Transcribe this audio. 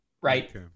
right